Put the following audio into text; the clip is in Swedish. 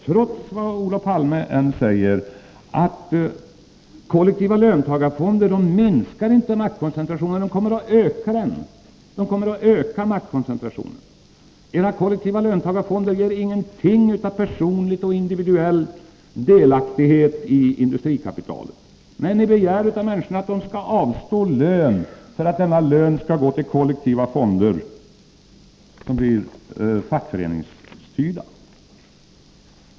Trots vad Olof Palme än säger är sanningen, att kollektiva löntagarfonder inte kommer att minska maktkoncentrationen, utan tvärtom kommer att öka den. Era kollektiva löntagarfonder ger ingenting av individuell delaktighet i industrikapitalet. Men ni begär av människorna att de skall avstå lön för att denna lön skall gå till kollektiva fonder, som blir fackföreningsstyrda.